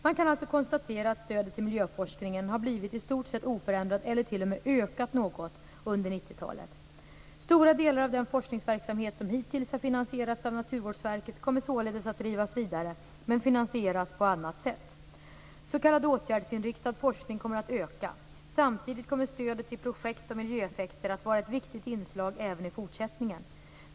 Man kan alltså konstatera att stödet till miljöforskningen förblivit i stort sett oförändrat eller t.o.m. ökat något under 90-talet. Stora delar av den forskningsverksamhet som hittills har finansierats av Naturvårdsverket kommer således att drivas vidare men finansieras på annat sätt. S.k. åtgärdsinriktad forskning kommer att öka. Samtidigt kommer stödet till projekt om miljöeffekter att vara ett viktigt inslag även i fortsättningen.